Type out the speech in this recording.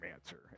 answer